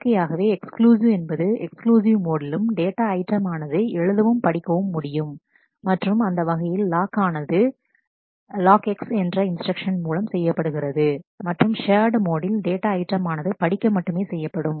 இயற்கையாகவே எக்ஸ்க்ளூசிவ் என்பது எக்ஸ்க்ளூசிவ் மோடிலும் டேட்டா ஐட்டமானது எழுதவும் படிக்கவும் முடியும் மற்றும் அந்த வகையில் லாக் ஆனது லாக் X என்ற இன்ஸ்டிரக்ஷன் மூலம் செய்யப்படுகிறது மற்றும் ஷேர்டு மோடில் டேட்டா ஐட்டமானது படிக்க மட்டுமே செய்யப்படும்